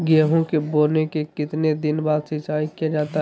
गेंहू के बोने के कितने दिन बाद सिंचाई किया जाता है?